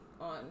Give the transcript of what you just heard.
on